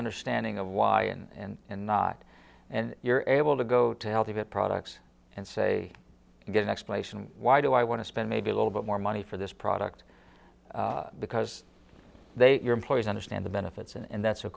understanding of why and and not and you're able to go to hell to get products and say you get an explanation why do i want to spend maybe a little bit more money for this product because they your employees understand the benefits and that's a